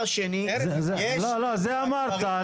דבר שני --- לא, זה אמרת.